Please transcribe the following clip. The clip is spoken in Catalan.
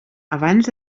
abans